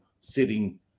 sitting